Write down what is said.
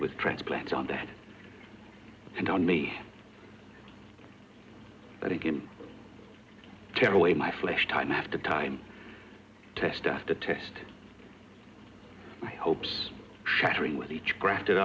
with transplants on death and on me but it can tear away my flesh time after time test after test my hopes shattering with each grafted